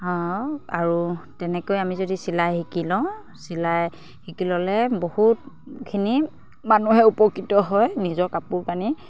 আৰু তেনেকৈ আমি যদি চিলাই শিকি লওঁ চিলাই শিকি ল'লে বহুতখিনি মানুহে উপকৃত হয় নিজৰ কাপোৰ কানি